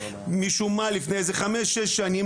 משום מה לפני איזה חמש שש שנים,